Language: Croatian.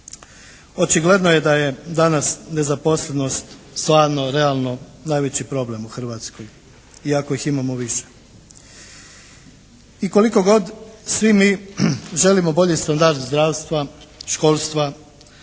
Očigledno je da je danas nezaposlenost stvarno realno najveći problem u Hrvatskoj, iako ih imamo više. I koliko god svi mi želimo bolji standard zdravstva, školstva,